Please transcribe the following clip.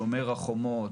ב"שומר החומות"